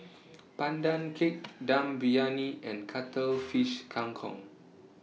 Pandan Cake Dum Briyani and Cuttlefish Kang Kong